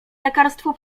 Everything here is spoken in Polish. lekarstwo